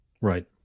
right